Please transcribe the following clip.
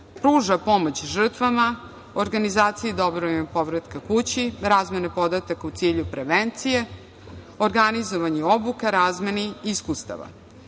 pruža pomoć žrtvama, organizaciji dobrovoljnog povratka kući, razmene podataka u cilju prevencije, organizovanju obuka, razmeni iskustava.Zaštita